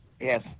yes